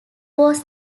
was